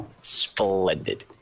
Splendid